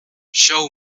show